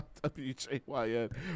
WJYN